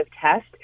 test